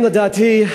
לדעתי,